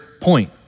point